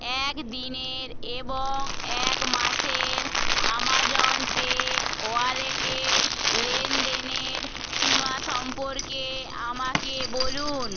এক দিনের এবং এক মাসের অ্যামাজন পে ওয়ালেটের লেনদেনের সীমা সম্পর্কে আমাকে বলুন